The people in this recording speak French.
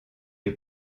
est